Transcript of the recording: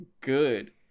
good